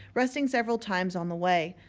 resting several times on the way.